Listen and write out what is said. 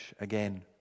again